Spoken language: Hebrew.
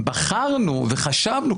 בחרנו וחשבנו,